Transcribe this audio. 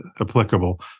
applicable